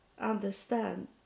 understand